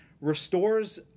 restores